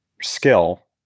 skill